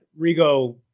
Rigo